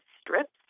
strips